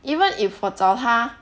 even if 我找她